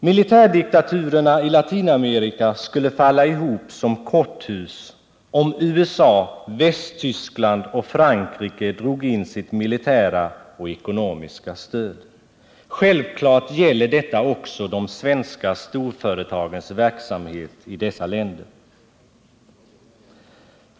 Militärdiktaturerna i Latinamerika skulle falla ihop som korthus om USA, Västtyskland och Frankrike drog in sitt militära och ekonomiska stöd. Självfallet gäller detta också den svenska företagsamheten i dessa länder.